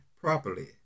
properly